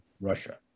Russia